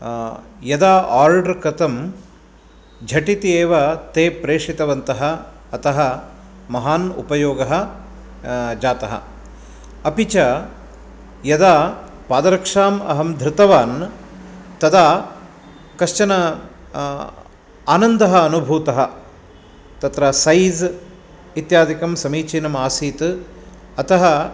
यदा आर्डर् कृतं झटिति एव ते प्रेषितवन्तः अतः महान् उपयोगः जातः अपि च यदा पादरक्षां अहं धृतवान् तदा कश्चन आनन्दः अनुभूतः तत्र सैज़् इत्यादिकं समीचिनम् आसीत् अतः